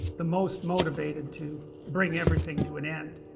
the most motivated to bring everything to an end